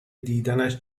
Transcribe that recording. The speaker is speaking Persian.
دیدنش